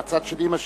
מהצד של אמא שלי,